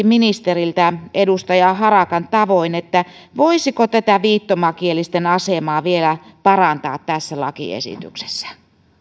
ministeriltä edustaja harakan tavoin voisiko viittomakielisten asemaa vielä parantaa tässä lakiesityksessä